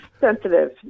sensitive